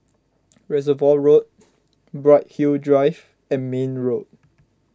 Reservoir Road Bright Hill Drive and Mayne Road